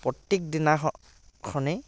প্ৰত্য়েক দিনাখনি